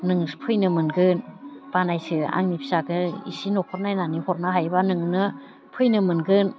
नों फैनो मोनगोन बानायसो आंनि फिसाखौ इसे न'खर नायनानै हरनो हायोबा नोंनो फैनो मोनगोन